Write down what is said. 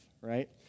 Right